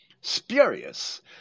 Spurious